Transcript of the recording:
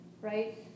right